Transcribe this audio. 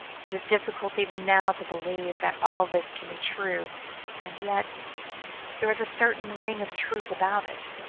it is difficult even now to believe that all this can be true and yet there is a certain ring of truth about it.